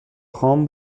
خان